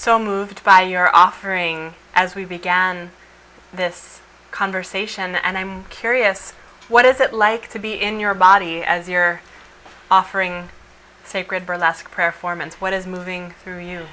so moved by your offering as we began this conversation and i'm curious what is it like to be in your body as you're offering sacred burlesque performance what is moving for you